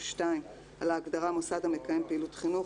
או (2) להגדרה "מוסד המקיים פעילות חינוך"